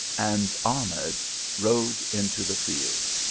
and ahmed rode into the field.